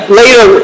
later